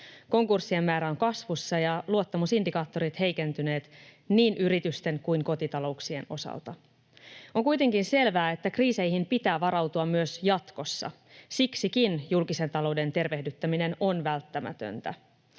Konkurssien määrä on kasvussa, ja luottamusindikaattorit ovat heikentyneet niin yritysten kuin kotitalouksien osalta. On kuitenkin selvää, että kriiseihin pitää varautua myös jatkossa. Siksikin julkisen talouden tervehdyttäminen on välttämätöntä.